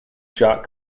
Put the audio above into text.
shot